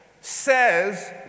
says